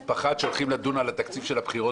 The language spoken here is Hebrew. הוא פחד שהולכים לדון על תקציב הבחירות